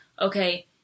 okay